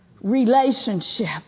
relationship